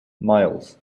miles